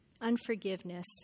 unforgiveness